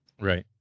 right